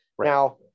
Now